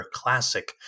classic